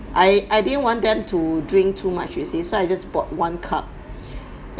I I didn't want them to drink too much you see so I just bought one cup